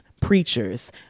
preachers